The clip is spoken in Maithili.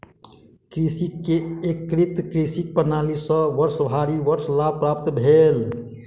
कृषक के एकीकृत कृषि प्रणाली सॅ वर्षभरि वर्ष लाभ प्राप्त भेल